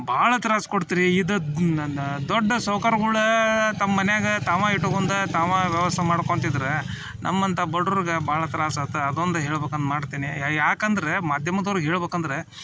ಭಾಳ ತ್ರಾಸ್ ಕೊಡ್ತು ರೀ ಇದದು ನನ್ನ ದೊಡ್ಡ ಸಾವಕಾರ್ಗಳು ತಮ್ಮ ಮನೆಯಾಗ ತಾವು ಇಟ್ಗೊಂಡು ತಾವು ವ್ಯವಸ್ಥೆ ಮಾಡ್ಕೊಳ್ತಿದ್ರೆ ನಮ್ಮಂಥ ಬಡ್ವರ್ಗೆ ಭಾಳ ತ್ರಾಸ ಆತ ಅದೊಂದು ಹೇಳ್ಬೇಕಂದೆ ಮಾಡ್ತೇನೆ ಯಾಕೆಂದ್ರೆ ಮಾಧ್ಯಮದವ್ರಿಗೆ ಹೇಳ್ಬೇಕೆಂದ್ರೆ